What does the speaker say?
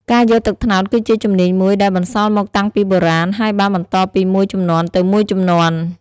ការយកទឹកត្នោតគឺជាជំនាញមួយដែលបន្សល់មកតាំងពីបុរាណ ហើយបានបន្តពីមួយជំនាន់ទៅមួយជំនាន់។